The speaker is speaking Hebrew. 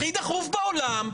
הכי דחוף בעולם,